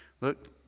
look